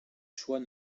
choix